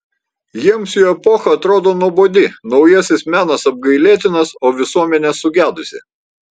jiems jų epocha atrodo nuobodi naujasis menas apgailėtinas o visuomenė sugedusi